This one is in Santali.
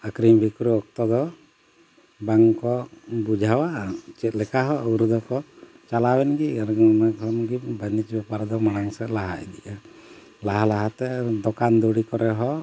ᱟᱹᱠᱷᱨᱤᱧ ᱵᱤᱠᱨᱤᱧ ᱚᱠᱛᱚ ᱫᱚ ᱵᱟᱝ ᱠᱚ ᱵᱩᱡᱷᱟᱹᱣᱟ ᱪᱮᱫ ᱞᱮᱠᱟ ᱦᱚᱸ ᱟᱹᱣᱨᱟᱹ ᱜᱮᱠᱚ ᱪᱟᱞᱟᱣᱮᱱ ᱜᱮ ᱚᱱᱟ ᱠᱷᱚᱱ ᱜᱮ ᱵᱟᱹᱱᱤᱡᱽ ᱵᱮᱯᱟᱨ ᱫᱚ ᱢᱟᱲᱟᱝ ᱥᱮᱫ ᱞᱟᱦᱟ ᱤᱫᱤᱜᱼᱟ ᱞᱟᱦᱟ ᱞᱟᱦᱟᱛᱮ ᱫᱚᱠᱟᱱ ᱫᱩᱲᱤ ᱠᱚᱨᱮ ᱦᱚᱸ